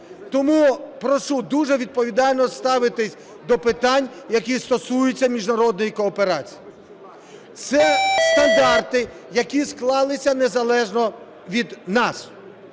Тому прошу дуже відповідально ставитися до питань, які стосуються міжнародної кооперації. Це стандарти, які склалися незалежно від нас.